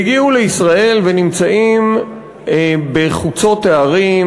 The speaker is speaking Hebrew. והגיעו לישראל ונמצאים בחוצות הערים,